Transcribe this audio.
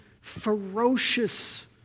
ferocious